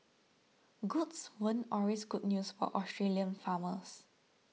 goats weren't always good news for Australian farmers